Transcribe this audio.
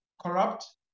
corrupt